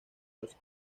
los